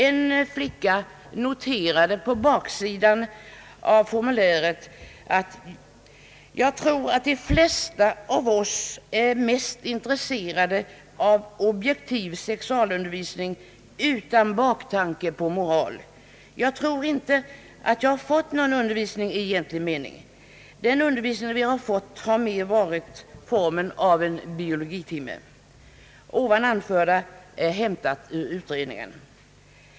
En flicka noterade på baksidan av formuläret: »Jag tror att de flesta av oss är mest intresserade av objektiv sexualundervisning utan baktanke på moral. Jag tror inte att jag har fått någon undervisning i egentlig mening. Den undervisning vi fått har mer haft formen av en biologitimme.» Det jag här anfört är hämtat ur utredningen.